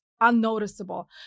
unnoticeable